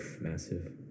massive